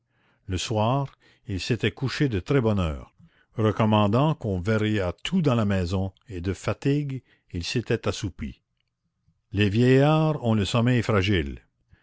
le soir il s'était couché de très bonne heure recommandant qu'on verrouillât tout dans la maison et de fatigue il s'était assoupi les vieillards ont le sommeil fragile